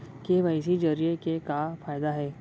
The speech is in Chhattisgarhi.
के.वाई.सी जरिए के का फायदा हे?